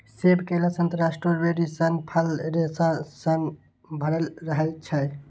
सेब, केला, संतरा, स्ट्रॉबेरी सन फल रेशा सं भरल रहै छै